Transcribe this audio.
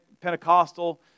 Pentecostal